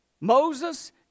Moses